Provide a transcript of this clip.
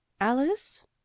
alice